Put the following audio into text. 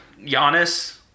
Giannis